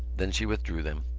then she withdrew them,